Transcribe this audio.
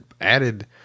added